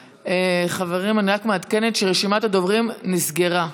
חברים, אני רק מעדכנת שרשימת הדוברים נסגרה.